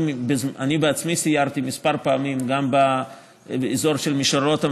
אני בעצמי סיירתי כמה פעמים גם באזור של מישור רותם